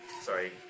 Sorry